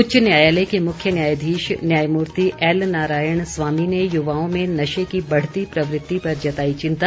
उच्च न्यायालय के मुख्य न्यायाधीश न्यायमूर्ति एल नारायण स्वामी ने युवाओं में नशे की बढ़ती प्रवृति पर जताई चिंता